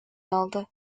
aldı